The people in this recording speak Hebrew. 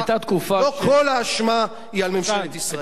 לא כל האשמה היא על ממשלת ישראל.